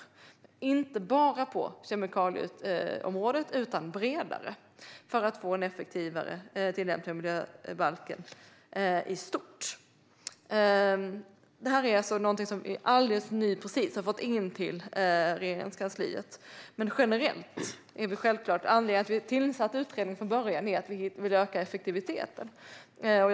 Detta gäller inte bara på kemikalieområdet utan bredare för att vi ska få en effektivare tillämpning av miljöbalken i stort. Detta är alltså någonting som vi alldeles nyss har fått in till Regeringskansliet. Men anledningen till att vi tillsatte utredningen från början var att vi ville öka effektiviteten.